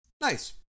Nice